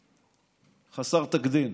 עולמי חסר תקדים.